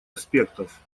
аспектов